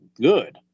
good